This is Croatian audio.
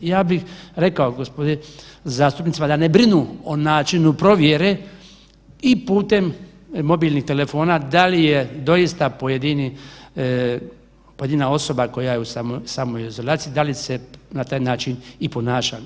Ja bi rekao gospodi zastupnicima da ne brinu o načinu provjere i putem mobilnih telefona da li je doista pojedini, pojedina osoba koja je u samoizolaciji da li se na taj način i ponaša.